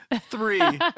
Three